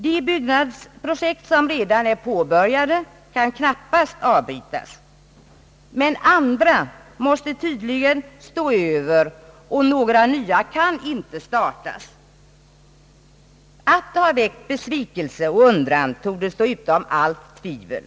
De byggnadsprojekt som redan är påbörjade kan knappast avbrytas, men andra måste tydligen stå över, och några nya kan inte startas. Att detta har väckt besvikelse och undran torde stå utom allt tvivel.